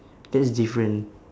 that's different